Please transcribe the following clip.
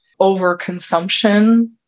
overconsumption